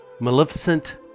maleficent